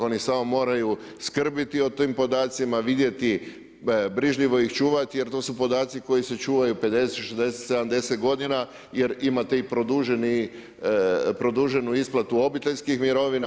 Oni samo moraju skrbiti o tim podacima, vidjeti, brižljivo ih čuvati, jer to su podaci koji se čuvaju, 50, 60, 70 godina jer imate i produženu isplatu obiteljskih mirovina.